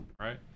Right